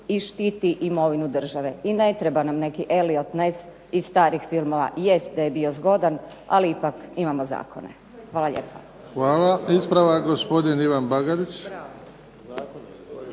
i štiti imovinu države i ne treba nam neki Elliot Ness iz starih filmova. Jest da je bio zgodan, ali ipak imamo zakone. Hvala lijepa. **Bebić, Luka (HDZ)** Hvala. Ispravak, gospodin Ivan Bagarić.